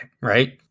right